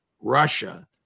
Russia